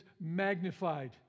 magnified